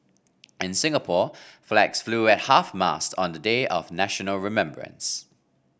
in Singapore flags flew at half mast on the day of national remembrance